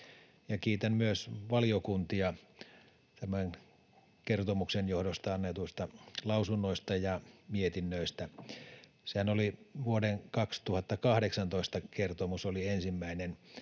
kiitän myös valiokuntia tämän kertomuksen johdosta annetuista lausunnoista ja mietinnöstä. Vuoden 2018 kertomushan oli ensimmäinen,